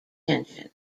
tension